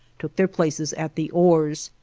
took their places at the oars.